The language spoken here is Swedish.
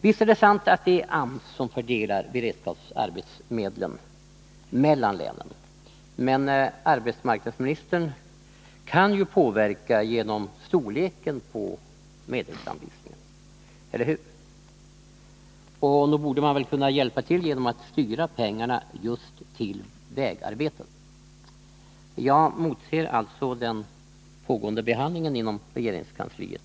Visst är det sant att det är AMS som fördelar beredskapsmedlen mellan länen, men arbetsmarknadsministern kan ju påverka genom storleken på medelsanvisningarna, eller hur? Nog borde man väl kunna hjälpa till genom att styra pengarna just till vägarbeten. Jag motser alltså med stort intresse den pågående behandlingen inom regeringskansliet.